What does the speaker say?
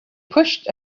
pushed